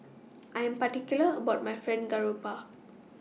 I Am particular about My Fried Garoupa